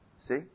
See